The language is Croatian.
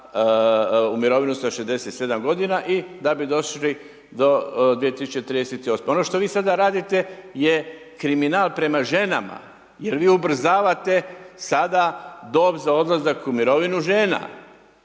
za mirovinu sa 67 g. i da bi došli do 2038. Ovo što vi sada radite je kriminal prema ženama, jer vi ubrzavate, sada, dob za odlazak u mirovinu žena.